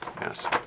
Yes